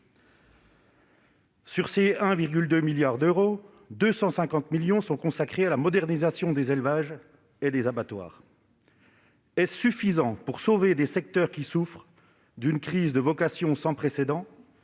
Sur ces 1,2 milliard d'euros, 250 millions d'euros sont consacrés à la modernisation des élevages et des abattoirs. Est-ce suffisant pour sauver des secteurs qui souffrent d'une crise de vocations sans précédent,